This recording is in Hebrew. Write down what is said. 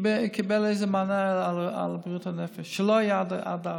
קיבלה איזה מענה על בריאות הנפש שלא היה עד אז.